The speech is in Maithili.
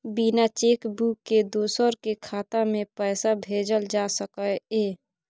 बिना चेक बुक के दोसर के खाता में पैसा भेजल जा सकै ये?